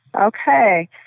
Okay